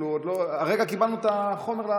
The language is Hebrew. הרגע קיבלנו את החומר,